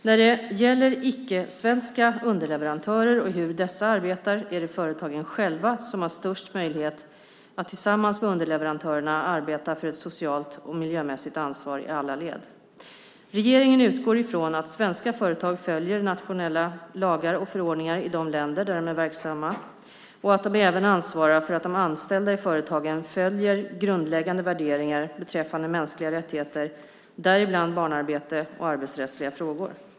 När det gäller icke-svenska underleverantörer och hur dessa arbetar, är det företagen själva som har störst möjlighet att tillsammans med underleverantörerna arbeta för ett socialt och miljömässigt ansvar i alla led. Regeringen utgår ifrån att svenska företag följer nationella lagar och förordningar i de länder där de är verksamma och att de även ansvarar för att de anställda i företagen följer grundläggande värderingar beträffande mänskliga rättigheter, däribland barnarbete och arbetsrättsliga frågor.